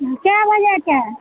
कय बजे कऽ